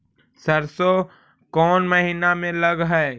सरसों कोन महिना में लग है?